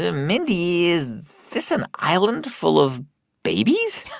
ah mindy, is this an island full of babies?